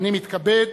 מתכבד